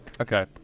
Okay